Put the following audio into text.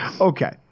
Okay